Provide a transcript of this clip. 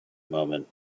moment